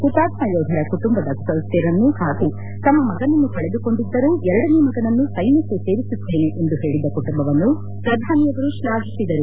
ಹುತಾತ್ಮ ಯೋಧರ ಕುಟುಂಬದ ಸದಸ್ಯರನ್ನು ಹಾಗೂ ತಮ್ಮ ಮಗನನ್ನು ಕಳೆದು ಕೊಂಡಿದ್ದರೂ ಎರಡನೇ ಮಗನನ್ನು ಸೈನ್ಯಕ್ಕೆ ಸೇರಿಸುತ್ತೇನೆ ಎಂದು ಹೇಳಿದ ಕುಟುಂಬವನ್ನು ಪ್ರಧಾನಮಂತ್ರಿ ಅವರು ಶ್ವಾಘಿಸಿದರು